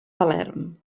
palerm